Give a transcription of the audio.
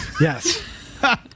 Yes